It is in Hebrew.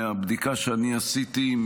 מהבדיקה שאני עשיתי,